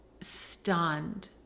stunned